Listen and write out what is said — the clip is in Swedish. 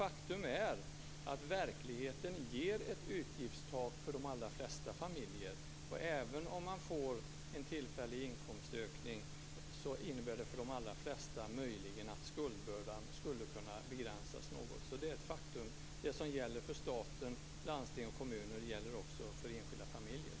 Faktum är att verkligheten ger ett utgiftstak för de allra flesta familjer. Även om man får en tillfällig inkomstökning innebär det för de flesta möjligen att skuldbördan bara skulle kunna begränsas något. Det är ett faktum. Det som gäller för staten, landstingen och kommunerna gäller också för den enskilda familjen.